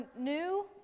new